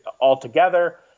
altogether